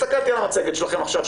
הסתכלתי על המצגת שלכם עכשיו,